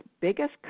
biggest